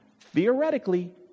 theoretically